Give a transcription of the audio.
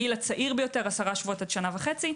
הגיל הצעיר יותר עשרה שבועות עד שנה וחצי.